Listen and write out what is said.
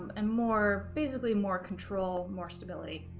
but and more basically more control more stability